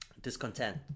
Discontent